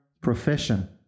profession